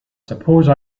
suppose